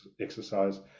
exercise